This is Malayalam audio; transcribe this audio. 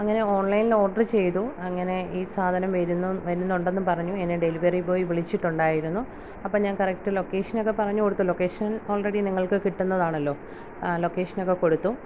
അങ്ങനെ ഓൺലൈനിൽ ഓർഡറ് ചെയ്തു അങ്ങനെ ഈ സാധനം വരുന്നു വരുന്നുണ്ടെന്നും പറഞ്ഞു എന്നെ ഡെലിവറി ബോയ് വിളിച്ചിട്ടുണ്ടായിരുന്നു അപ്പോൾ ഞാൻ കറക്റ്റ് ലൊക്കേഷനൊക്കെ പറഞ്ഞു കൊടുത്തു ലൊക്കേഷൻ ഓൾറെഡി നിങ്ങൾക്ക് കിട്ടുന്നതാണെല്ലോ ലൊക്കേഷനൊക്കെ കൊടുത്തു